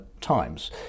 times